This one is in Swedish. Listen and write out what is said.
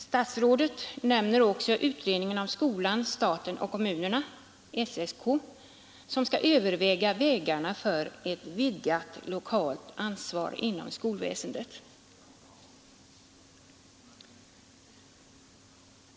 Statsrådet nämner också utredningen om skolan, staten och kommunerna, SSK, som skall överväga förutsättningarna för ett vidgat lokalt ansvar inom skolväsendet.